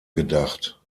gedacht